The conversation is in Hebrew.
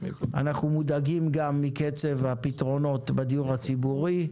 אנחנו מודאגים גם מקצב הפתרונות בדיור הציבורי,